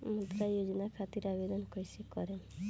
मुद्रा योजना खातिर आवेदन कईसे करेम?